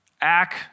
act